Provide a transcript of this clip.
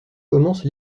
commencent